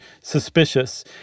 suspicious